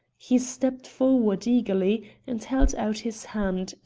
he stepped forward eagerly and held out his hand,